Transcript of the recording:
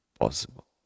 possible